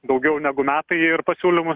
daugiau negu metai ir pasiūlymus